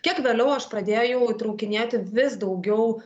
kiek vėliau aš pradėjau įtraukinėti vis daugiau